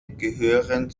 gehören